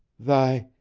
thy.